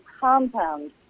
compound